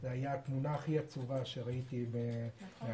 זו הייתה תמונה הכי עצובה שראיתי מהכנסת.